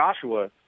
Joshua